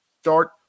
start